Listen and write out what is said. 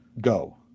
go